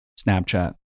Snapchat